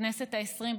בכנסת העשרים,